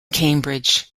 cambridge